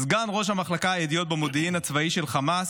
סגן ראש מחלקת הידיעות במודיעין הצבאי של חמאס,